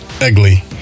ugly